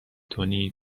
تونی